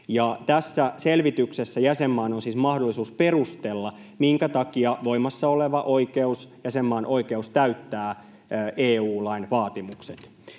Tässä selvityksessä jäsenmaan on siis mahdollisuus perustella, minkä takia voimassa oleva oikeus, jäsenmaan oikeus, täyttää EU-lain vaatimukset,